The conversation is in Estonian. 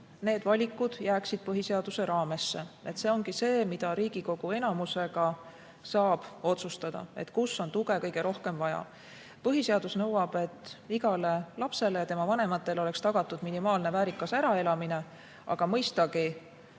need valikud jääksid põhiseaduse raamesse. Seda peabki saama Riigikogu enamusega otsustada, kus on tuge kõige rohkem vaja. Põhiseadus nõuab, et igale lapsele ja tema vanematele oleks tagatud minimaalne väärikas äraelamine. Aga mõistagi